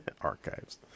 Archives